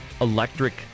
Electric